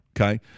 okay